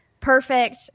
perfect